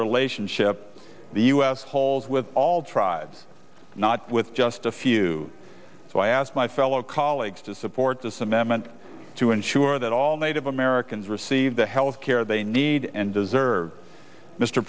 relationship the us halls with all tribes not with just a few so i ask my fellow colleagues to support this amendment to ensure that all native americans receive the health care they need and deserve mr